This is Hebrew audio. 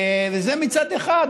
זה מצד אחד.